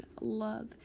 love